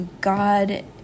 god